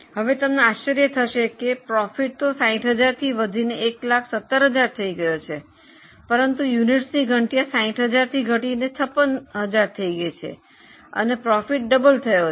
હવે તમને આશ્ચર્ય થશે કે નફો 60000 થી વધીને 117000 થઈ ગયો છે પરંતુ એકમોની સંખ્યા 60000 થી ઘટીને 56000 થઈ ગઈ છે અને નફો બમણો થયો છે